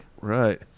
Right